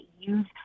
use